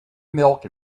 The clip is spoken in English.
milk